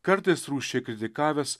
kartais rūsčiai kritikavęs